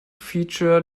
feature